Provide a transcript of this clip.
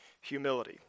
humility